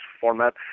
format